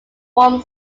form